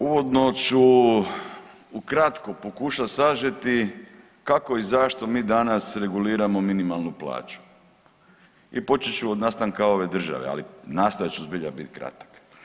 Uvodno ću ukratko pokušat sažeti kako i zašto mi danas reguliramo minimalnu plaću i počet ću od nastanka ove države, ali nastojat ću zbilja bit kratak.